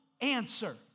answer